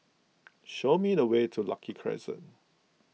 show me the way to Lucky Crescent